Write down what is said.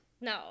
No